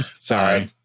Sorry